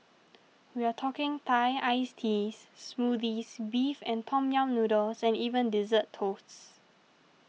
we're talking Thai Iced Teas Smoothies Beef and Tom Yam Noodles and even Dessert Toasts